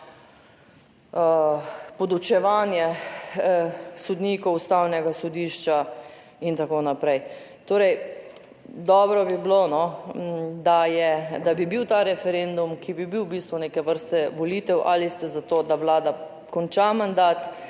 podučevanje sodnikov Ustavnega sodišča in tako naprej. Torej, dobro bi bilo, da je, da bi bil ta referendum, ki bi bil, v bistvu neke vrste volitev, ali ste za to, da Vlada konča mandat